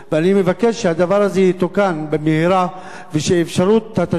אני מבקש שהדבר הזה יתוקן במהרה ושאפשרות התשלום